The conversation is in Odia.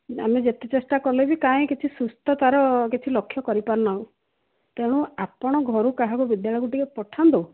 ଆମେ ଯେତେ ଚେଷ୍ଟା କଲେ ବି କାହିଁ କିଛି ସୁସ୍ଥତାର କିଛି ଲକ୍ଷ କରିପାରୁ ନାହୁଁ ତେଣୁ ଆପଣ ଘରୁ କାହାକୁ ବିଦ୍ୟାଳୟକୁ ଟିକେ ପଠାନ୍ତୁ